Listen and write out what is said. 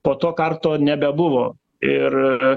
po to karto nebebuvo ir